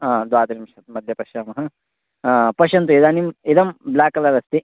आं द्वात्रिंशत् मध्ये पश्यामः पश्यन्तु इदानीम् इदं ब्ल्याक् कलर् अस्ति